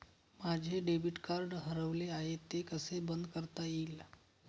माझे debit card हरवले आहे ते कसे बंद करता येईल?